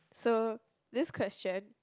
so this question